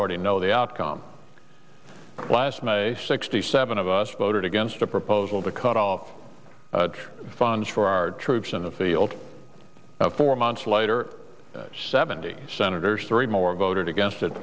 already know the outcome last may sixty seven of us voted against a proposal to cut off funds for our troops in the field four months later seventy senators three more voted against